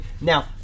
Now